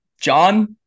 John